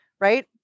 right